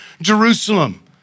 Jerusalem